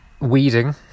weeding